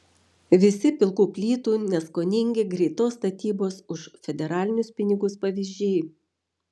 visi pilkų plytų neskoningi greitos statybos už federalinius pinigus pavyzdžiai